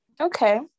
Okay